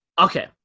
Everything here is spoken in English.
Okay